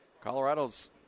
Colorado's